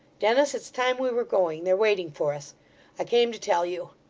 dennis, it's time we were going they're waiting for us i came to tell you.